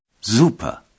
Super